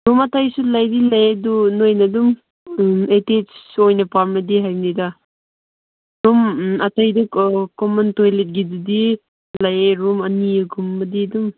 ꯑꯗꯨꯝ ꯑꯩꯇꯩꯁꯨ ꯂꯩꯗꯤ ꯂꯩ ꯑꯗꯨ ꯅꯣꯏꯅ ꯑꯗꯨꯝ ꯑꯦꯇꯦꯁ ꯑꯣꯏꯅ ꯄꯥꯝꯂꯗꯤ ꯍꯥꯏꯕꯅꯤꯗ ꯑꯗꯨꯝ ꯑꯇꯩꯗ ꯀꯣꯃꯟ ꯇꯣꯏꯂꯦꯠꯀꯤꯗꯨꯗꯤ ꯂꯩꯌꯦ ꯔꯨꯝ ꯑꯅꯤꯒꯨꯝꯗꯕꯗꯤ ꯑꯗꯨꯝ